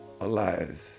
alive